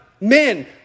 men